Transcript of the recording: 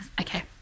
okay